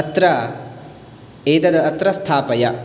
अत्र एतत् अत्र स्थापय